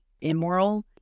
immoral